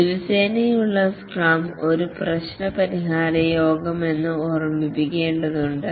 ദിവസേനയുള്ള scrum ഒരു പ്രശ്ന പരിഹാര യോഗമല്ലെന്നു ഓർമ്മിക്കേണ്ടതാണ്